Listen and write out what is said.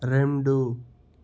రెండు